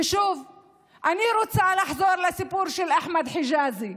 אני רוצה לחזור לסיפור של אחמד חג'אזי.